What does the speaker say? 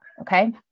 okay